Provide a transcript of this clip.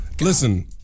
Listen